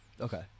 Okay